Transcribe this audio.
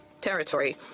territory